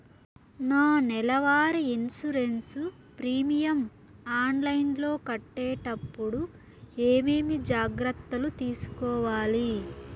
నా నెల వారి ఇన్సూరెన్సు ప్రీమియం ఆన్లైన్లో కట్టేటప్పుడు ఏమేమి జాగ్రత్త లు తీసుకోవాలి?